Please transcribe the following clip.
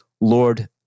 Lord